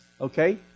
okay